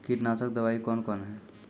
कीटनासक दवाई कौन कौन हैं?